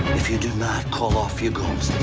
if you do not call off your goons